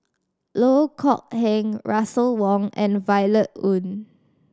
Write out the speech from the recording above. Loh Kok Heng Russel Wong and Violet Oon